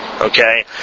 Okay